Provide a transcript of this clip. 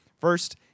First